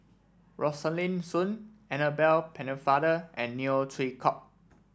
Rosaline Soon Annabel Pennefather and Neo Chwee Kok